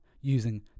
using